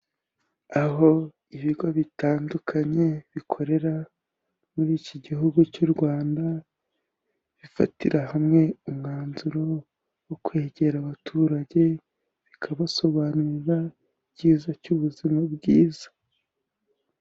Aho ibigo bitandukanye bikorera muri iki gihugu cy'u Rwanda, bifatira hamwe umwanzuro wo kwegera abaturage, bikabasobanurira, icyiza cy'ubuzima bwiza.